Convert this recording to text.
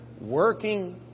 working